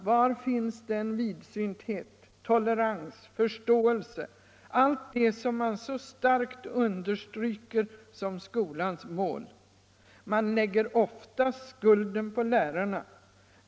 Var finns den vidsynthet, tolerans, förståelse, allt det som man så starkt understryker som skolans mål? Man lägger ofta skul den på lärarna.